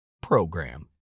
program